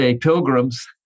pilgrims